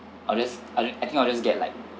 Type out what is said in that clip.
I'll just I'll just I think I'll just get like